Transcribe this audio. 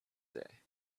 day